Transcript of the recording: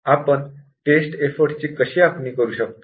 आपण test effort ची कशी आखणी करू शकतो